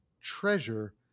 treasure